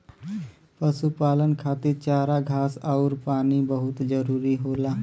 पशुपालन खातिर चारा घास आउर पानी बहुत जरूरी होला